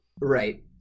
Right